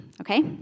Okay